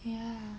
ya